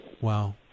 Wow